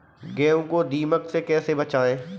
गेहूँ को दीमक से कैसे बचाएँ?